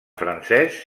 francès